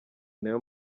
nayo